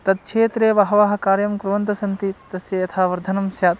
तत्क्षेत्रे बहवः कार्यं कुर्वन्तः सन्ति तस्य यथा वर्धनं स्यात्